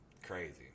Crazy